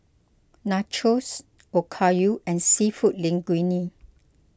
Nachos Okayu and Seafood Linguine